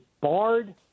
barred